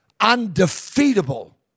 undefeatable